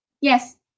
Yes